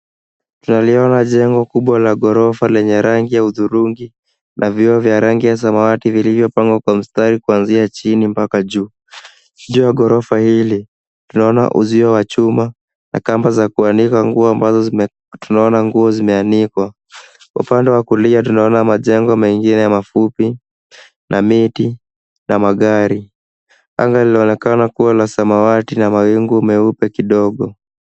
Tunaliona jengo kubwa la ghorofa lenye rangi ya hudhurungi na vioo vya rangi ya samawati vilivyopangwa kwa mstari kuanzia chini mpaka juu. Juu ya ghorofa hili, naona uzio wa chuma na kamba za kueneza nguo ambazo tunaona nguo zimeanikwa. Upande wa kulia tunaona majengo mengine mafupi na miti na magari. Anga linaonekana kuwa la samawati na mawingu meupe kidogo.